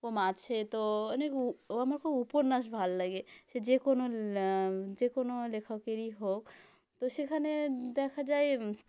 ও মাঝে তো অনেক উ ও আমার খুব উপন্যাস ভাললাগে সে যে কোনও ল যে কোনও লেখকেরই হোক তো সেখানে দেখা যায়